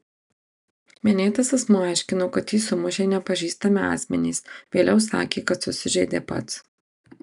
minėtas asmuo aiškino kad jį sumušė nepažįstami asmenys vėliau sakė kad susižeidė pats